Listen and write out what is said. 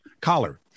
collar